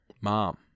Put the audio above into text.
mom